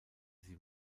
sie